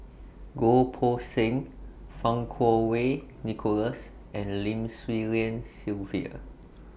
Goh Poh Seng Fang Kuo Wei Nicholas and Lim Swee Lian Sylvia